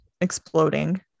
exploding